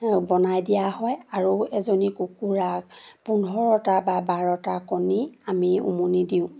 বনাই দিয়া হয় আৰু এজনী কুকুৰাক পোন্ধৰটা বা বাৰটা কণী আমি উমনি দিওঁ